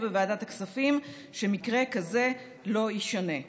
בוועדת הכספים שמקרה כזה לא יישנה.